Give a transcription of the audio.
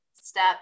step